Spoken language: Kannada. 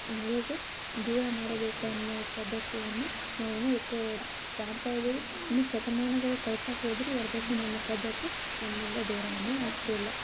ಹೇಗೆ ದೂರ ಮಾಡಬೇಕು ಅನ್ನೋ ಪದ್ಧತಿಯನ್ನು ನಾವಿನ್ನೂ ಇದ್ದೀವಿ ಇನ್ನೂ ಶತಮಾನಗಳು ಕಳೀತಾ ಹೋದರೂ ವರದಕ್ಷಿಣೆ ಅನ್ನೋ ಪದ್ಧತಿ ನಮ್ಮಿಂದ ದೂರವೇ ಆಗ್ತಿಲ್ಲ